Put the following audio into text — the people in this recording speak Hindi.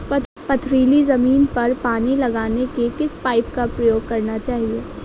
पथरीली ज़मीन पर पानी लगाने के किस पाइप का प्रयोग किया जाना चाहिए?